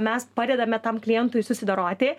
mes padedame tam klientui susidoroti